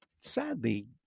sadly